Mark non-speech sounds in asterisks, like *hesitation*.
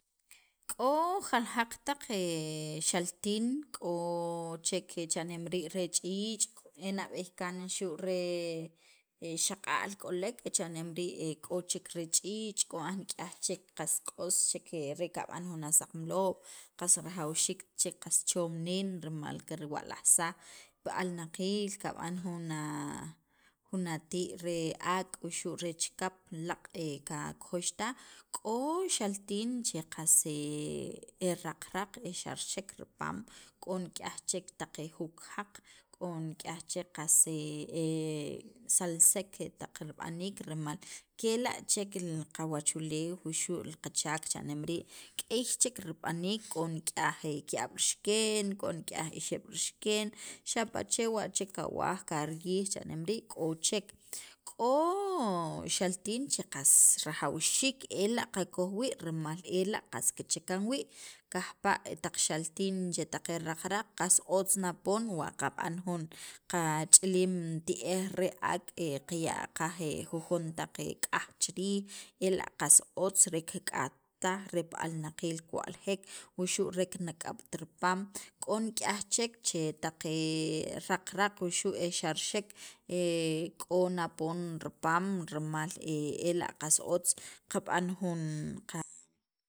k'o jaljaq *hesitation* taq xaltiin, k'o chek cha'neem rii' re ch'iich' e nab'eey kaan xu' re *noise* xaq'al k'olek e cha'nem rii' k'o chek re ch'iich', k'o nik'yaj chek qas q'os chek re qab'an jun asaqmaloob' qas rajawxiikt chek qas choom niin, rimal kirwa'lajsaj pi alnaqiil, qab'an jun atii' re ak' wuxu' re chikap laaq' qakojoxtaj k'o xaltiin che qas e raqraq, e xarxek ripaam, k'o nik'yaj chek e jukjaq, k'o nik'yaj chek *hesitation* salsek taq rib'aniik kela' chek qawachuleew wuxu' li qachaak cha'neem rii' k'ey chek rib'aniik, k'o nik'yaj ki'ab' rixiken, k'o nik'yaj ixeb' rixiken, xapa' chewa' chek kawaj kariyij cha'nem rii', k'o chek, k'o xaltin qas rajawxiik ela' qakoj wii' rimal ela' kichakan wii' kajpa' taq xaltin che taq e raqraq qab'an jun ch'ilim ti'ej re ak' qaya' qaj jujon taq k'aj chi riij ela' qasotz re kik'at taj re pi alnaqiil kiwa'ljek wuxu' kinak'ab't ripaam k'o nik'yaj chek che e taq raqraq wuxu' e xarxek *hesitation* k'o na poon ripaam rimal ela' qas otz qab'an jun qa